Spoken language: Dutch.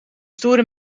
stoere